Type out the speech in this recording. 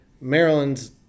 maryland's